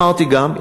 אמרתי גם,